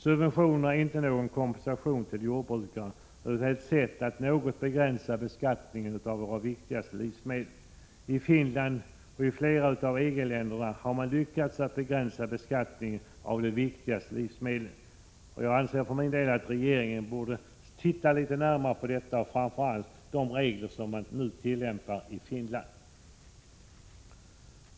Subventionerna är inte någon kompensation till jordbrukare utan ett sätt att något begränsa beskattningen av vårt viktigaste livsmedel. I Finland och i flera EG-länder har man lyckats att begränsa beskattningen av de viktigaste livsmedlen. Jag anser för min del att regeringen borde titta litet närmare på framför allt de regler man tillämpar i Finland.